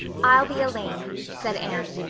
i'll be elaine, said anne,